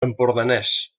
empordanès